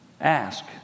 Ask